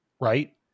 right